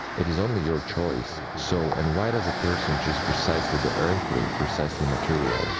it is only your choice. so and why does a person choose precisely the earthly, precisely material?